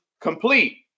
complete